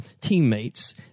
teammates